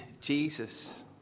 Jesus